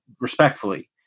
respectfully